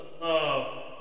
love